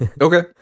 Okay